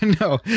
No